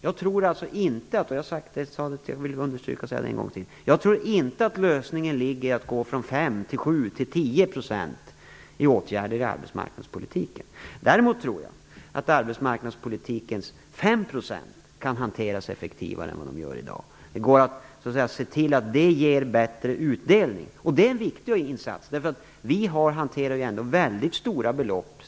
Jag vill än en gång understryka att jag inte tror att lösningen till i att gå från 5 %, till 7 %, till 10 % i åtgärder i arbetsmarknadspolitiken. Däremot tror jag att arbetsmarknadspolitikens 5 % kan hanteras effektivare än vad det görs i dag. Det går att se till att det ger bättre utdelning. Det är en viktig insats. Vi hanterar sammantaget väldigt stora belopp.